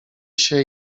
się